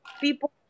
people